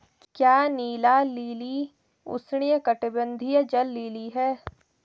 क्या नीला लिली उष्णकटिबंधीय जल लिली है?